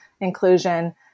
inclusion